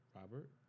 Robert